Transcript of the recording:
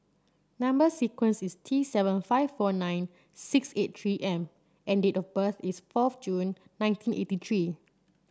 number sequence is T seven five four nine six eight three M and date of birth is fourth June nineteen eighty three